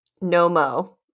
No-mo